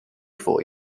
for